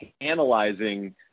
analyzing